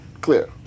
Clear